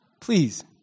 Please